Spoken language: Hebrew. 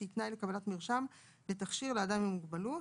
שהיא תנאי לקבלת מרשם לתכשיר לאדם עם מוגבלות,